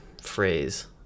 phrase